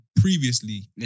previously